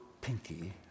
pinky